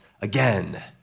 again